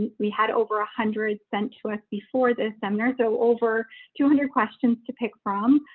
ah we had over a hundred sent to us before this seminar. so over two hundred questions to pick from,